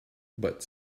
but